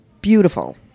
beautiful